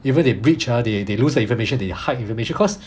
even they breach ah they they lose the information they hide information cause